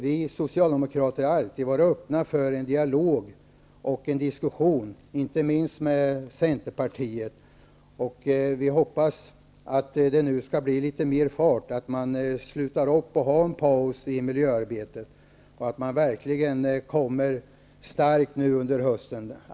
Vi socialdemokrater har alltid varit öppna för en dialog och en diskussion, inte minst med Centerpartiet. Vi hoppas att det nu skall bli litet mer fart, att det inte skall bli en paus i miljöarbetet och att man kommer fram starkt under hösten.